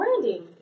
branding